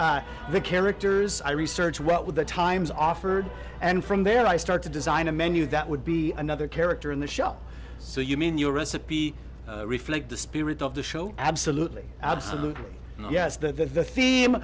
research the characters i research what with the times offered and from there i start to design a menu that would be another character in the shop so you mean your recipe reflect the spirit of the show absolutely absolutely yes the the